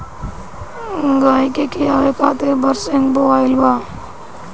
गाई के खियावे खातिर बरसिंग बोआइल बा